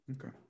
Okay